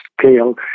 scale